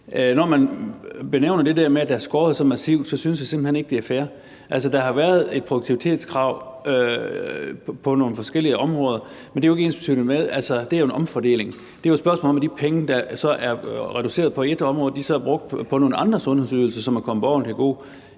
når man benævner det der med, at der er skåret så massivt, så synes jeg simpelt hen ikke, det er fair. Altså, der har været et produktivitetskrav på nogle forskellige områder, men det er jo en omfordeling. Det er jo et spørgsmål om, at de penge der så er reduceret på ét område, er brugt på nogle andre sundhedsydelser, som er kommet borgerne til gode.